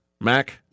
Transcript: Mac